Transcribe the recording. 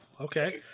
okay